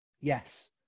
Yes